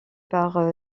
par